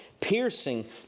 piercing